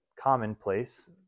commonplace